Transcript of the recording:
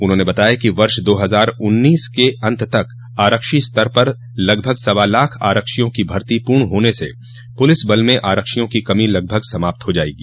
उन्होंने बताया कि वर्ष दो हजार उन्नीस के अन्त तक आरक्षी स्तर पर लगभग सवा लाख आरक्षियों की भर्ती पूर्ण होने से पुलिस बल में आरक्षियों की कमी लगभग समाप्त हो जायेगी